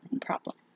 problem